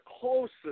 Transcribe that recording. closest